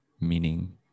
meaning